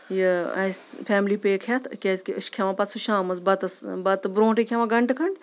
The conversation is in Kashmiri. یہِ اَسہِ فیملی پیک ہیٚتھ کیازِکہِ أسۍ چھِ کھٮ۪وان پَتہٕ سُہ شامَس بَتَس بَتہٕ برونٛٹھٕے کھٮ۪وان گنٹہٕ کھَنٛڈ